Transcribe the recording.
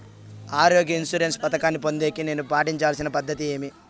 ఆరోగ్య ఇన్సూరెన్సు పథకాన్ని పొందేకి నేను పాటించాల్సిన పద్ధతి ఏమి?